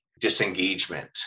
disengagement